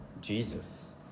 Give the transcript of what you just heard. Jesus